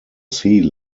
sea